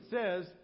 says